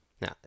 Now